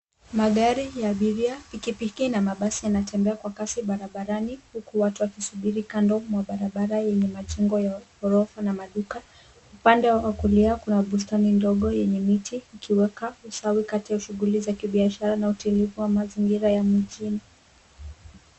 Magari ya abiria, pikipiki na mabasi wanatembea kwa kazi barabarani huku watu wakisubiri kando ya barabara yenye majengo marefu ña maduka. Upande wa kulia kuna bustani ndogo yenye viti ikiweka usawa kati ya shughuli za kibiashara na utulivu mazingira ya mjini.